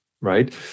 Right